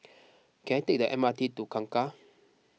can I take the M R T to Kangkar